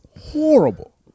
horrible